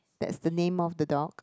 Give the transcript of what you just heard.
that's the name of the dog